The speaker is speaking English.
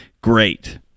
Great